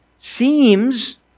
seems